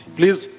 Please